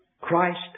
Christ